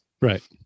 Right